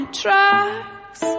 tracks